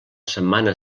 setmana